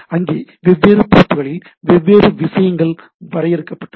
அங்கே வெவ்வேறு போர்ட்களில் வெவ்வேறு விஷயங்கள் வரையறுக்கப்பட்டுள்ளன